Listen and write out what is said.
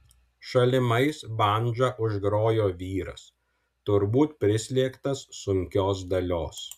šalimais bandža užgrojo vyras turbūt prislėgtas sunkios dalios